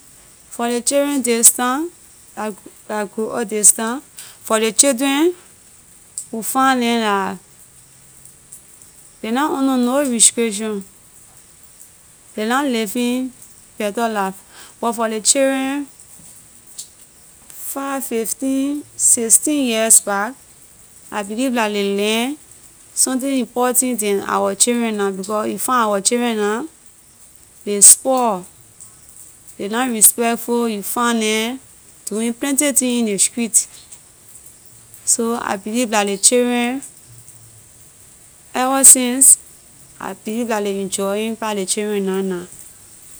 For ley children this time la gr- la grow up this time for ley children we find neh la ley na under no restriction ley na living better life but for ley children five fifteen sixteen years back I believe la ley learn something important than our children now because you find our children na ley spoil ley na respectful you find neh doing plenty thing in ley street so I believe la ley children ever since I believe la ley enjoying pass ley children na na.